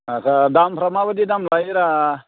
आच्चा दामफ्रा मा बायदि दाम लायोब्रा